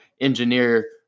engineer